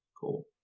cool